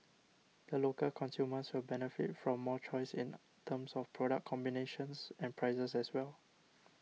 the local consumers will benefit from more choice in terms of product combinations and prices as well